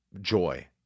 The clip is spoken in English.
joy